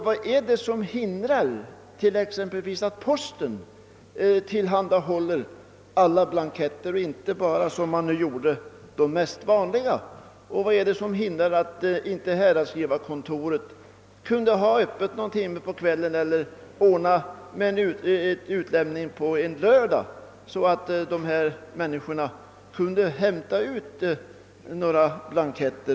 Vad är det som hindrar exempelvis att posten tillhandahåller alla blanketter och inte bara, som nu var fallet, de mest vanliga? Och vad är det som hindrar att häradsskrivarkontoren skulle kunna ha öppet någon timme på kvällen eller ordna med utlämning en lördag, så att folk kan hämta ut blanketter?